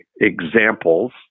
examples